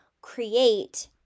create